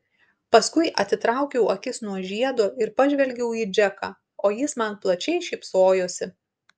paskui atitraukiau akis nuo žiedo ir pažvelgiau į džeką o jis man plačiai šypsojosi